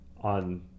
on